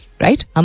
right